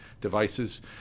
devices